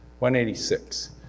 186